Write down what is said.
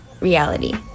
reality